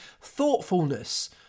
thoughtfulness